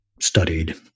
studied